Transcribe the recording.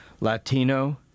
Latino